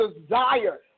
desire